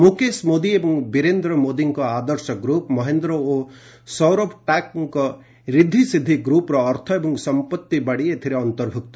ମୁକେଶ ମୋଦୀ ଏବଂ ବୀରେନ୍ଦ୍ର ମୋଦୀଙ୍କ ଆଦର୍ଶ ଗ୍ରପ୍ ମହେନ୍ଦ୍ର ଓ ସୌରଭ ଟାକଙ୍କ ରିଦ୍ଧିସିଦ୍ଧି ଗ୍ରପ୍ର ଅର୍ଥ ଏବଂ ସମ୍ପଭିବାଡ଼ି ଏଥିରେ ଅନ୍ତର୍ଭୁକ୍ତ